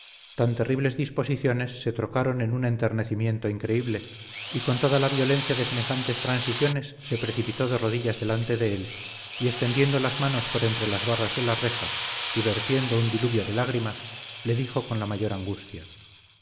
tan terribles disposiciones se trocaron en un enternecimiento increíble y con toda la violencia de semejantes transiciones se precipitó de rodillas delante de él y extendiendo las manos por entre las barras de la reja y vertiendo un diluvio de lágrimas le dijo con la mayor angustia